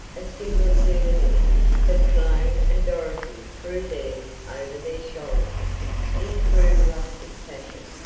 a similar souvenir but cologne and dorothy threw theirs over their shoulder, in true rustic fashion,